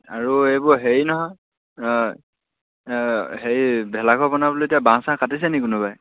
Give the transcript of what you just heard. আৰু এইবোৰ হেৰি নহয় হেৰি ভেলাঘৰ বনাবলৈ এতিয়া বাঁহ চাহ কাটিছে নেকি কোনোবাই